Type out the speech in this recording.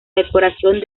decoración